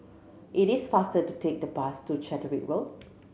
it is faster to take the bus to Catterick Road